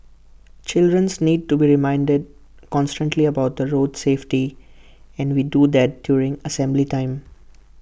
childrens need to be reminded constantly about the road safety and we do that during assembly time